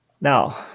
Now